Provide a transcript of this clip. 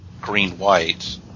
green-white